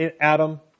Adam